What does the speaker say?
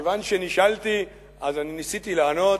כיוון שנשאלתי, אני ניסיתי לענות,